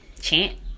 chant